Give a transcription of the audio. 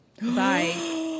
Bye